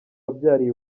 wabyariye